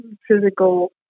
physical